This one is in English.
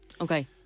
Okay